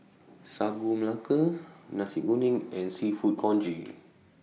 Sagu Melaka Nasi Kuning and Seafood Congee